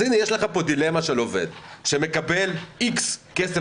יש לך פה דילמה של עובד שמקבל X כסף